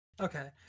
Okay